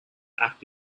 act